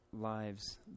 lives